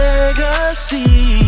Legacy